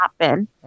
happen